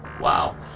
Wow